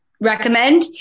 recommend